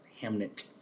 Hamnet